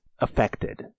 affected